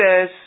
says